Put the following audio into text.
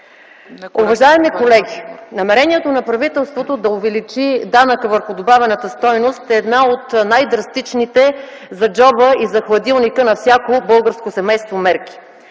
Уважаеми колеги, намерението на правителството да увеличи данъка върху добавената стойност е една от най-драстичните мерки за джоба и за хладилника на всяко българско семейство.